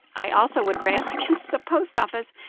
i also would rail against the post office.